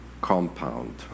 compound